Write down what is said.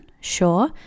sure